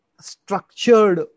structured